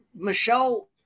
Michelle